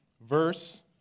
verse